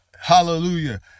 Hallelujah